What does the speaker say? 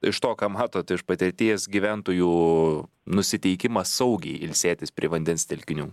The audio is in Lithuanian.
iš to ką matot iš patirties gyventojų nusiteikimą saugiai ilsėtis prie vandens telkinių